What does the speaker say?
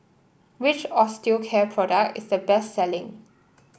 which Osteocare product is the best selling